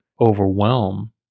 overwhelm